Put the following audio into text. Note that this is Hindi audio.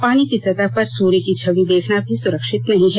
पानी की सतह पर सूर्य की छवि देखना भी सुरक्षित नहीं है